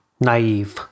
naive